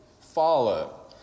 follow